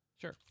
Sure